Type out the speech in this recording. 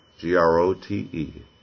G-R-O-T-E